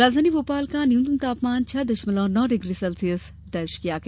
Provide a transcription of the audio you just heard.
राजधानी भोपाल का न्यूनतम तापमान छह दशमलव नौ डिग्री सेल्सियस दर्ज किया गया